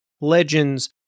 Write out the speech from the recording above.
legends